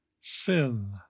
sin